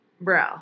bro